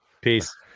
Peace